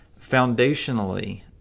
Foundationally